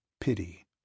pity